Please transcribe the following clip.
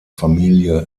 familie